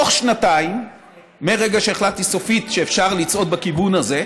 תוך שנתיים מרגע שהחלטתי סופית שאפשר לצעוד בכיוון הזה,